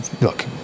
look